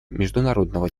международного